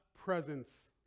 presence